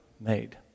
made